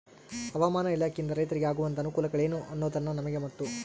ಹವಾಮಾನ ಇಲಾಖೆಯಿಂದ ರೈತರಿಗೆ ಆಗುವಂತಹ ಅನುಕೂಲಗಳೇನು ಅನ್ನೋದನ್ನ ನಮಗೆ ಮತ್ತು?